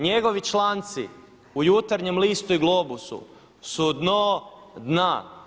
Njegovi članci u Jutarnjem listu i Globusu su dno dna.